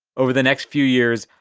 over the next few years,